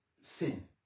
sin